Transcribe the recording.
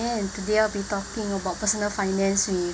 and today I'll be talking about personal finance with